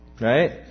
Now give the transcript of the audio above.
Right